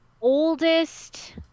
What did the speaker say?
oldest